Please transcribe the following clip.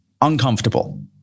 uncomfortable